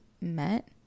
met